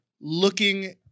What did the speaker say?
looking